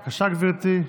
בבקשה, גברתי,